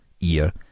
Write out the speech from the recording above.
ear